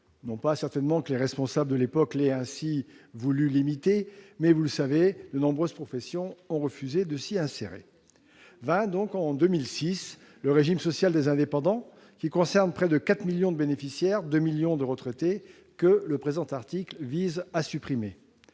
des salariés, non que les responsables de l'époque aient voulu ainsi le limiter, mais, vous le savez, de nombreuses professions ont refusé de s'y insérer. Vint en 2006 le régime social des indépendants, qui concerne près de 4 millions de bénéficiaires et 2 millions de retraités, que le présent article vise à supprimer.